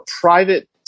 private